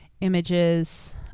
images